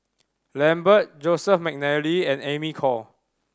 Lambert Joseph McNally and Amy Khor